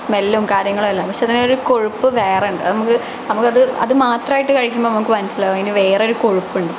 സ്മെലും കാര്യങ്ങളും എല്ലാം പക്ഷെ അതിനൊരു കൊഴുപ്പ് വേറെ ഉണ്ട് അത് നമുക്ക് അത് അത് മാത്രമായിട്ട് കഴിക്കുമ്പോൾ നമുക്ക് മനസ്സിലാവും അതിന് വേറെ ഒരു കൊഴുപ്പുണ്ട്